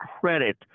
credit